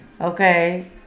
okay